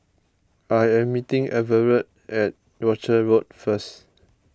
I am meeting Everet at Rochor Road first